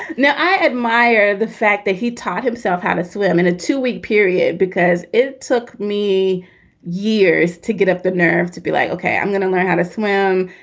now, i admire the fact that he taught himself how to swim in a two week period because it took me years to get up the nerve to be like, ok, i'm going to learn how to swim.